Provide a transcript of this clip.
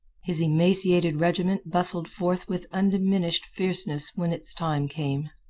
his emaciated regiment bustled forth with undiminished fierceness when its time came.